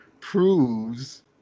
proves